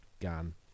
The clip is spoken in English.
gun